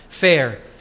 fair